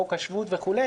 חוק השבות וכו'.